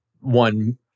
one